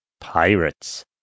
Pirates